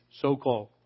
so-called